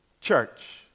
church